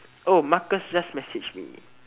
oh Marcus just message me